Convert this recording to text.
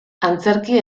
antzerki